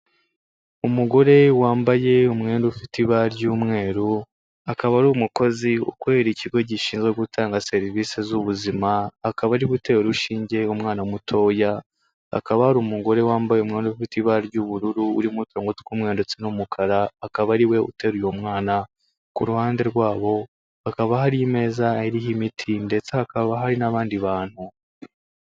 Umugore wambaye umwenda ufite ibara ry'umweru, akaba ari umukozi ukorera ikigo gishinzwe gutanga serivisi z'ubuzima, akaba ari gutera urushinge umwana mutoya, hakaba hari umugore wambaye umwenda ufite ibara ry'ubururu urimo uturongo tw'umweru ndetse n'umukara akaba ariwe uteruye uwo mwana, ku ruhande rwabo hakaba hari imeza iriho imiti ndetse hakaba hari n'abandi bantu.